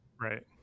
Right